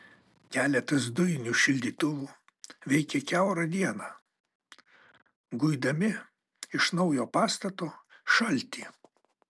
keletas dujinių šildytuvų veikė kiaurą dieną guidami iš naujo pastato šaltį